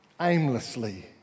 aimlessly